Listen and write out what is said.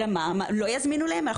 לא יזמינו להם אמבולנס?